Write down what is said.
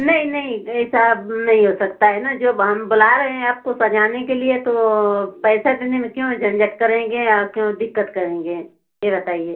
नहीं नहीं ये सब नहीं हो सकता है न जब हम बोला रहे हैं आपको सजाने के लिए तो पैसा देने में क्यों झंझट करेंगे क्यों दिक्कत करेंगे ये बताइए